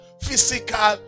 physical